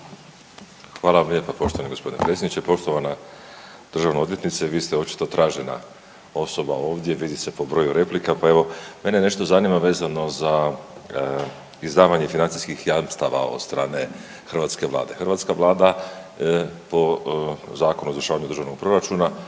Hvala vam lijepa poštovani gospodine predsjedniče. Poštovana državna odvjetnice, vi ste očito tražena osoba ovdje, vidi se po broju replika, pa evo mene nešto zanima vezano za izdavanje financijskih jamstava od strane hrvatske vlade. Hrvatska vlada po Zakonu o izvršavanju državnog proračuna